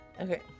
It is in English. Okay